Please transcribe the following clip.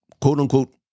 quote-unquote